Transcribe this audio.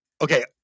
okay